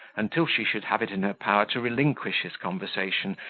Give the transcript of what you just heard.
until she should have it in her power to relinquish his conversation,